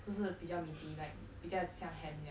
不是比较 meaty like 比较像 ham 这样